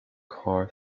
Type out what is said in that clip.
car